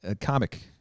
comic